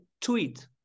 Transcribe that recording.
tweet